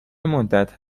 مدت